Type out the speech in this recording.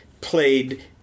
played